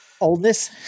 oldness